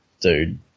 dude